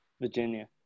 Virginia